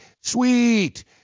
sweet